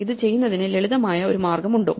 ഇത് ചെയ്യുന്നതിന് ലളിതമായ ഒരു മാർഗമുണ്ടോ